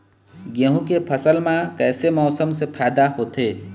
गेहूं के फसल म कइसे मौसम से फायदा होथे?